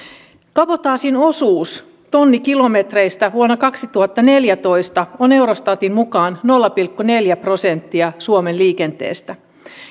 kabotaasin osuus tonnikilometreistä vuonna kaksituhattaneljätoista oli eurostatin mukaan nolla pilkku neljä prosenttia suomen liikenteestä